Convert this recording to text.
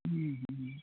हुँ हुँ